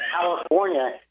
California